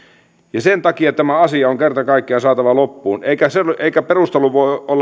sen takia tämä asia on kerta kaikkiaan saatava loppuun eikä perustelu